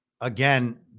Again